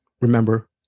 remember